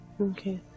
Okay